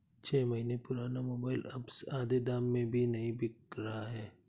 छह महीने पुराना मोबाइल अब आधे दाम में भी नही बिक रहा है